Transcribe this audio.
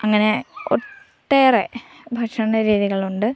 അങ്ങനെ ഒട്ടേറെ ഭക്ഷണ രീതികളുണ്ട്